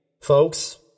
folks